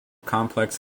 complex